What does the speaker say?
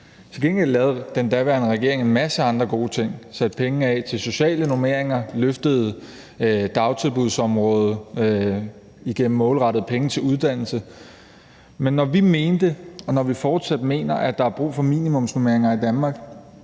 Til gengæld lavede den daværende regering en masse andre gode ting. Man satte penge af til sociale norm en eringer og løftede dagtilbudsområdet igennem målrettede penge til uddannelse. Men når vi mente og fortsat mener, at der er brug for minimumsnormeringer i Danmark,